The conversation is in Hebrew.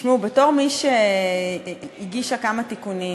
תשמעו, בתור מי שהגישה כמה תיקונים